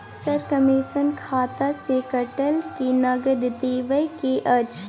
Sir, commission खाता से कटत कि नगद देबै के अएछ?